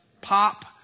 pop